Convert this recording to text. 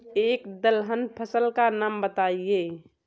एक दलहन फसल का नाम बताइये